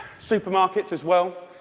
supermarkets as well.